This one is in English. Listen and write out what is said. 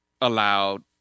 allowed